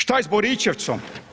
Što je s Boričevcom?